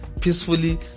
peacefully